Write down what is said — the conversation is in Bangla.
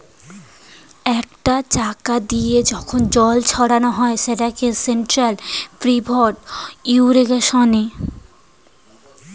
একটা চাকা দিয়ে যখন জল ছড়ানো হয় সেটাকে সেন্ট্রাল পিভট ইর্রিগেশনে